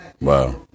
Wow